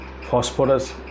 Phosphorus